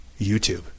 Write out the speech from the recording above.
YouTube